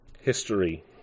history